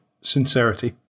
sincerity